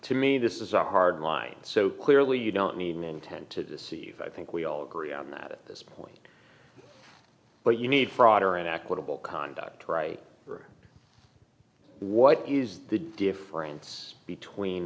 to me this is a hard line so clearly you don't mean intent to deceive i think we all agree on that at this point but you need frogger and aquittal conduct right or what is the difference between